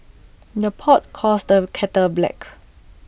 the pot calls the kettle black